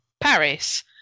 Paris